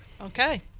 okay